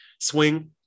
Swing